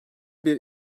bir